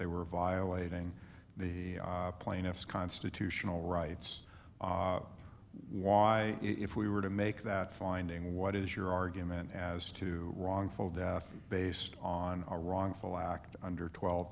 they were violating the plaintiff's constitutional rights why if we were to make that finding what is your argument as to wrongful death based on a wrongful act under twelve